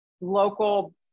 local